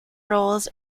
roles